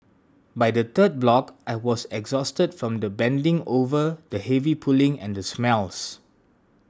by the third block I was exhausted from the bending over the heavy pulling and the smells